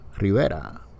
Rivera